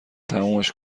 تمومش